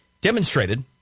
Demonstrated